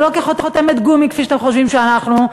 ולא כחותמת גומי כפי שאתם חושבים שאנחנו,